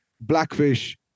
Blackfish